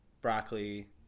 broccoli